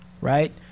Right